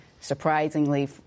surprisingly